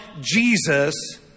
Jesus